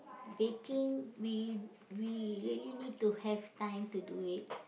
baking we we really need to have time to do it